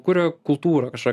kuria kultūrą kažką